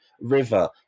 river